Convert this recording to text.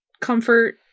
comfort